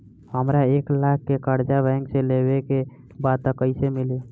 हमरा एक लाख के कर्जा बैंक से लेवे के बा त कईसे मिली?